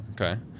Okay